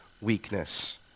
weakness